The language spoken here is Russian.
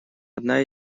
одна